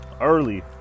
early